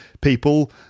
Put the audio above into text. people